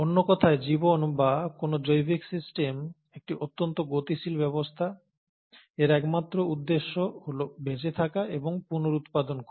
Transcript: অন্য কথায় জীবন বা কোন জৈবিক সিস্টেম একটি অত্যন্ত গতিশীল ব্যবস্থা এর একমাত্র উদ্দেশ্য হল বেঁচে থাকা এবং পুনরুত্পাদন করা